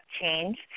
change